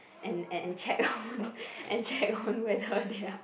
and and and check on and check on whether they are